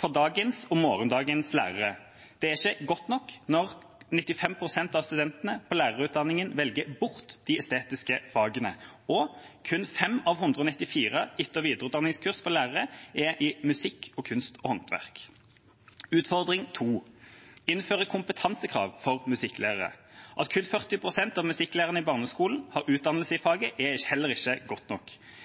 for dagens og morgendagens lærere. Det er ikke godt nok når 95 pst. av studentene på lærerutdanningen velger bort de estetiske fagene, og kun 5 av 194 etter- og videreutdanningskurs for lærere er i musikk og kunst og håndverk. Utfordring 2: Innføre kompetansekrav for musikklærere. At kun 40 pst. av musikklærerne i barneskolen har utdannelse i faget, er heller ikke godt nok.